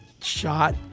shot